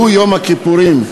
שהוא יום הכיפורים.